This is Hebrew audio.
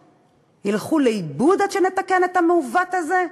ילכו לאיבוד עד שנתקן את המעוות הזה?